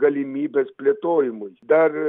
galimybes plėtojimui dar